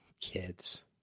kids